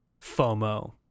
FOMO